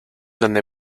donde